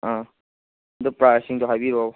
ꯑ ꯑꯗꯣ ꯄ꯭ꯔꯥꯏꯖꯁꯤꯡꯗꯣ ꯍꯥꯏꯕꯤꯔꯣ